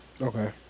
Okay